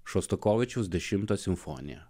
šostakovičiaus dešimtą simfoniją